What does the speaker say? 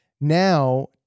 Now